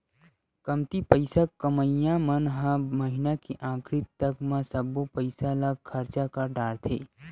कमती पइसा कमइया मन ह महिना के आखरी तक म सब्बो पइसा ल खरचा कर डारथे